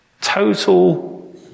Total